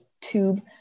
tube